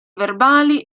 verbali